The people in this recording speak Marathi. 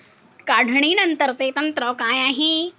काढणीनंतरचे तंत्र काय आहे?